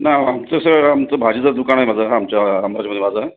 नाही आमचं सर आमचं भाजीचं दुकान आहे माझं आमच्या बाजारात